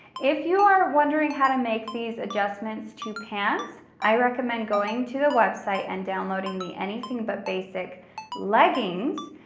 if you are wondering how to make these adjustments to pants, i recommend going to the website and downloading the anything but basic leggings.